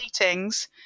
meetings